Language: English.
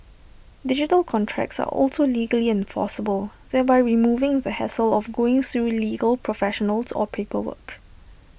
digital contracts are also legally enforceable thereby removing the hassle of going through legal professionals or paperwork